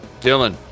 Dylan